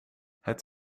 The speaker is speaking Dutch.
het